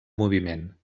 moviment